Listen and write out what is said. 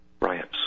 Riots